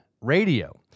radio